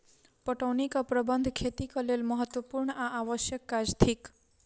पटौनीक प्रबंध खेतीक लेल महत्त्वपूर्ण आ आवश्यक काज थिक